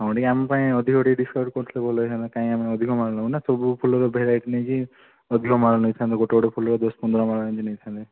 ହଁ ଟିକେ ଆମପାଇଁ ଅଧିକ ଟିକେ ଡିସ୍କାଉଣ୍ଟ କରିଥିଲେ ଭଲ ହେଇଥାନ୍ତା କାହିଁ ଆମେ ଅଧିକ ମାଳ ନେବୁ ନା ସବୁ ଫୁଲର ଭେରାଇଟି ନେଇକି ଅଧିକ ମାଳ ନେଇଥାନ୍ତୁ ଗୋଟେ ଗୋଟେ ଫୁଲର ଦଶ ପନ୍ଦର ମାଳ ଏମିତି ନେଇଥାନ୍ତେ